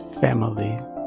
family